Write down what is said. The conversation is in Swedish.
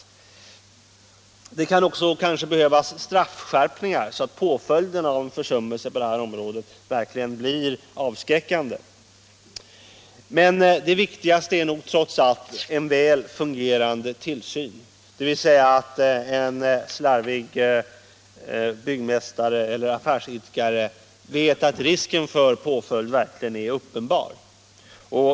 133 Det kan kanske också behövas straffskärpningar, så att påföljden av en försummelse på detta område verkligen blir avskräckande. Men det viktigaste är trots allt en fungerande tillsyn. En slarvig byggmästare eller affärsidkare måste veta att risken för påföljd verkligen är stor.